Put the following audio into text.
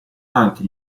anche